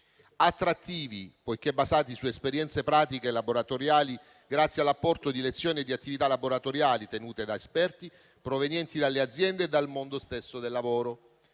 attrattivi poiché basati su esperienze pratiche e laboratoriali, grazie all'apporto di lezioni e di attività laboratoriali tenute da esperti provenienti dalle aziende e dal mondo stesso del lavoro,